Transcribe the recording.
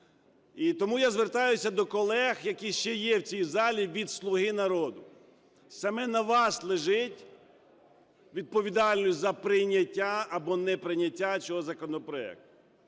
І тому я звертаюсь до колег, які ще є в цій залі від "Слуги народу", саме на вас лежить відповідальність за прийняття або неприйняття цього законопроекту.